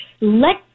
let